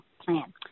plan